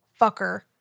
fucker